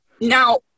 Now